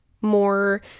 more